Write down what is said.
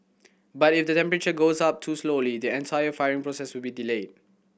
but if the temperature goes up too slowly the entire firing process will be delayed